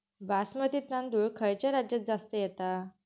बासमती तांदूळ खयच्या राज्यात जास्त येता?